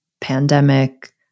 pandemic